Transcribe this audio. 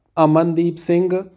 Amandeep Singh